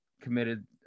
committed